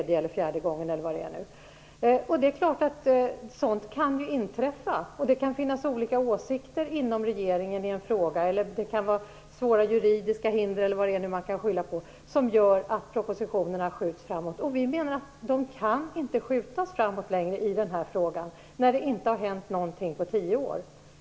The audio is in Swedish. Det är klart att sådant kan inträffa. Det kan ju finnas olika åsikter inom regeringen i en fråga. Det kan vara svåra juridiska hinder, eller vad det nu är som man kan skylla på, som gör att propositionerna skjuts fram. Vi menar att propositionen i denna fråga inte kan skjutas fram längre, eftersom det inte har hänt någonting på tio år.